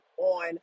on